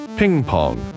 ping-pong